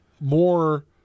more